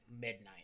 midnight